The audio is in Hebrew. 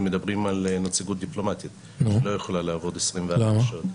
אנחנו מדברים על נציגות דיפלומטית שלא יכולה לעבוד 24 שעות.